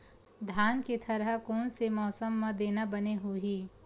धान के थरहा कोन से मौसम म देना बने होही?